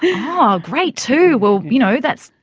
oh, great, two. well, you know, that's,